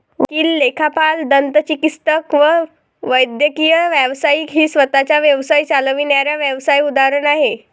वकील, लेखापाल, दंतचिकित्सक व वैद्यकीय व्यावसायिक ही स्वतः चा व्यवसाय चालविणाऱ्या व्यावसाय उदाहरण आहे